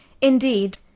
Indeed